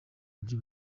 buryo